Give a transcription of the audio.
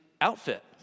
outfit